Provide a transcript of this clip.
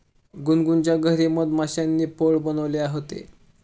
गुनगुनच्या घरी मधमाश्यांनी पोळं बनवले होते